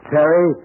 Terry